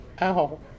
Ow